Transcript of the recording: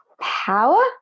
power